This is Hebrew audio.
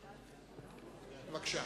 בבקשה.